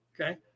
Okay